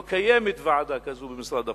לא קיימת ועדה כזאת במשרד הפנים,